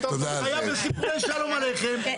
היא חיה בספרי שלום עליכם,